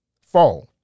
fall